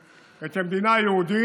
את המדינה היהודית,